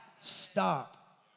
stop